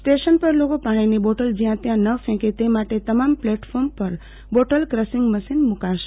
station પર લોકો પાણીની બોટલ જ્યાં ત્યાં ન ફેંકે તે માટે તમામ પ્લેટફોર્મ પર બોટલ ક્રશિંગ મશીન મુકાશે